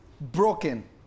broken